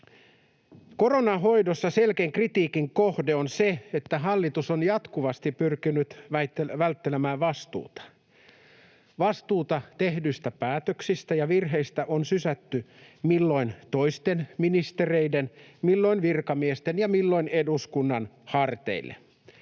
Koronan hoidossa selkein kritiikin kohde on se, että hallitus on jatkuvasti pyrkinyt välttelemään vastuuta. Vastuuta tehdyistä päätöksistä ja virheistä on sysätty milloin toisten ministereiden, milloin virkamiesten ja milloin eduskunnan harteille.